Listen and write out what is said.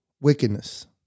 wickedness